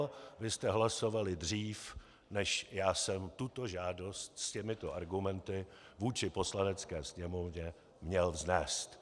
Vy jste hlasovali dřív, než já jsem tuto žádost s těmito argumenty vůči Poslanecké sněmovně měl vznést.